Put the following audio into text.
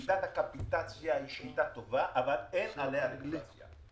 שיטת הקפיטציה היא שיטה טובה אבל אין עליה רגולציה.